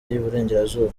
y’iburengerazuba